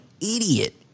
idiot